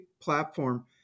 platform